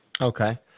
Okay